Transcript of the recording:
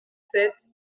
sept